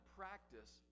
practice